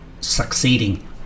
succeeding